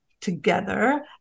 together